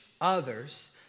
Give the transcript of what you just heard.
others